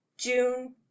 june